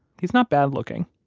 he's not bad-looking.